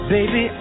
Baby